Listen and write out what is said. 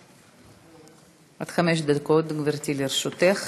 עד חמש דקות, גברתי, לרשותך.